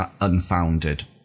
unfounded